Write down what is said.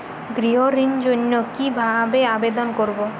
গৃহ ঋণ জন্য কি ভাবে আবেদন করব?